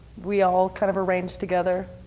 we all kind of arranged together.